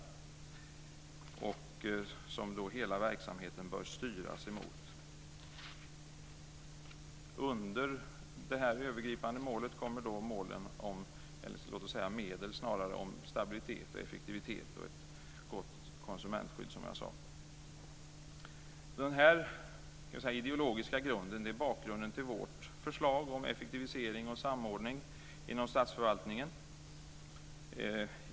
Detta bör hela verksamheten styras emot. Under detta övergripande mål kommer målet, eller låt oss snarare säga medlen, om stabilitet, effektivitet och ett gott konsumentskydd. Denna ideologiska grund är bakgrunden till vårt förslag om effektivisering och samordning inom statsförvaltningen.